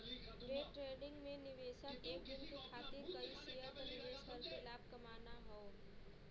day trading में निवेशक एक दिन के खातिर कई शेयर पर निवेश करके लाभ कमाना हौ